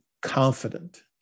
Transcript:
confident